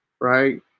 right